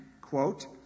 quote